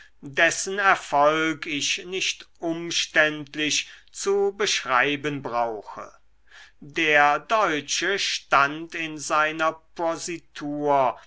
dessen erfolg ich nicht umständlich zu beschreiben brauche der deutsche stand in seiner positur